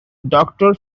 doctor